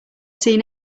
seen